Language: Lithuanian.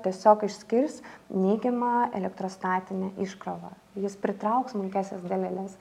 tiesiog išskirs neigiamą elektrostatinę iškrovą jis pritrauks smulkiąsias daleles